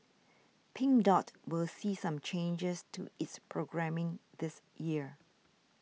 Pink Dot will see some changes to its programming this year